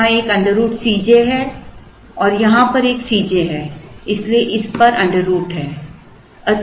यहाँ एक √ C j है यहाँ पर C j है इसलिए इस पर √ है